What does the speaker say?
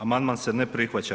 Amandman se ne prihvaća.